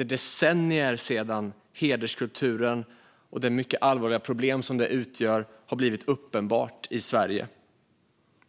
och decennier efter att det mycket allvarliga problem som hederskulturen utgör blivit uppenbart i Sverige.